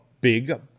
big